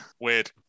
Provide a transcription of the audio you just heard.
Weird